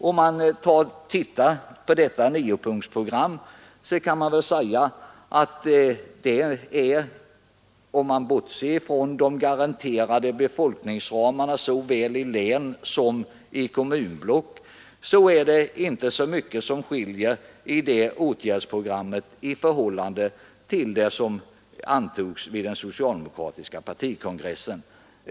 Om detta niopunktsprogram kan man väl säga att om man bortser från de garanterade befolkningsramarna såväl i län som i kommunblock så är det inte mycket som skiljer det åtgärdsprogrammet från det program som antogs vid den socialdemokratiska partikongressen.